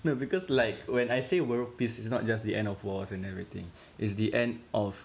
no because like when I say world peace is not just the end of wars and everything is the end of